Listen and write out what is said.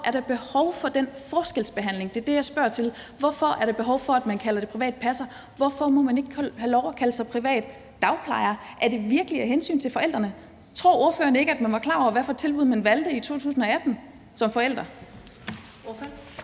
er der behov for den forskelsbehandling? Det er det, jeg spørger til. Hvorfor er der behov for, at man kalder det privat passer? Hvorfor må man ikke have lov til at kalde sig privat dagplejer? Er det virkelig af hensyn til forældrene? Tror ordføreren ikke, at man var klar over, hvad for et tilbud man valgte i 2018 som forældre?